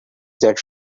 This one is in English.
that